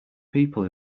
people